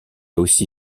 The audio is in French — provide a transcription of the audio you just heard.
aussi